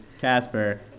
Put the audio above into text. Casper